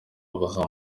babaha